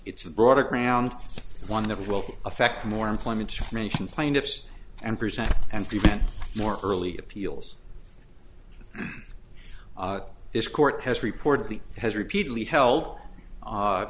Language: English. it's a broader ground one that will affect more employment mention plaintiffs and present and prevent more early appeals this court has reportedly has repeatedly held